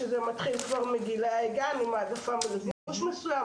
שזה מתחיל כבר מגילאי גן עם העדפה של לבוש מסוים,